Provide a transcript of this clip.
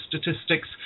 statistics